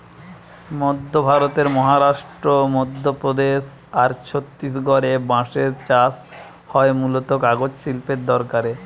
মধ্য ভারতের মহারাষ্ট্র, মধ্যপ্রদেশ আর ছত্তিশগড়ে বাঁশের চাষ হয় মূলতঃ কাগজ শিল্পের দরকারে